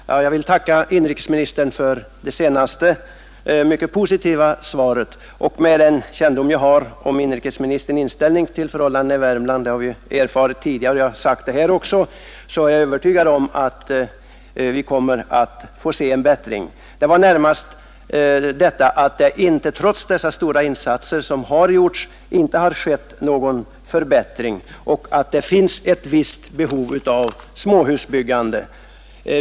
Herr talman! Jag ber att få tacka inrikesministern för det senaste mycket positiva svaret. Med den kännedom jag har om inrikesministerns inställning till förhållandena i Värmland är jag övertygad om att vi kommer att få se en bättring. Anledningen till att jag tog upp denna fråga var närmast att det trots de stora insatser som gjorts inte har skett någon förbättring och att det finns ett visst behov av småhusbyggande.